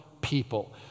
people